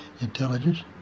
intelligence